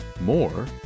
More